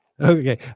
Okay